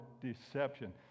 deception